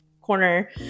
corner